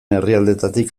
herrialdeetatik